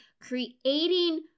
creating